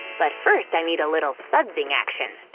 but first, i need a little sudsing action.